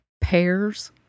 pears